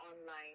online